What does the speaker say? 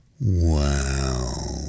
Wow